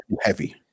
heavy